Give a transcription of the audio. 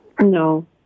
No